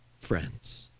friends